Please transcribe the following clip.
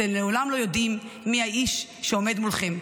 אתם לעולם לא יודעים מי האיש שעומד מולכם,